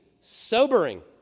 sobering